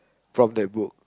from that book